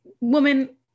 woman